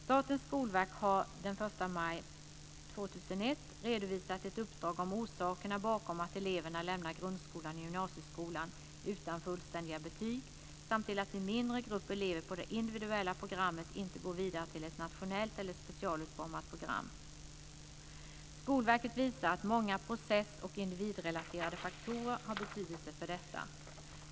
Statens skolverk har den 1 maj 2001 redovisat ett uppdrag om orsakerna bakom att eleverna lämnar grundskolan och gymnasieskolan utan fullständiga betyg samt till att en mindre grupp elever på det individuella programmet inte går vidare till ett nationellt eller specialutformat program. Skolverket visar att många process och individrelaterade faktorer har betydelse för detta.